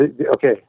Okay